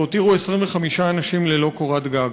והותירו 25 אנשים ללא קורת גג.